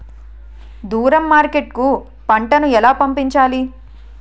దూరం మార్కెట్ కు పంట ను ఎలా పంపించాలి?